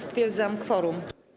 Stwierdzam kworum.